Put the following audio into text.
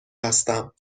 هستم